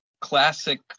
classic